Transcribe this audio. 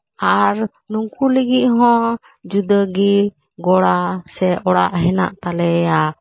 ᱟᱨ ᱱᱩᱝᱠᱩ ᱞᱟᱹᱜᱤᱫ ᱦᱚᱸ ᱡᱩᱫᱟᱹ ᱜᱮ ᱜᱚᱲᱟ ᱥᱮ ᱚᱲᱟᱜ ᱦᱮᱱᱟᱜᱼᱟ ᱛᱟᱞᱮᱭᱟ